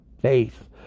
faith